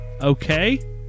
okay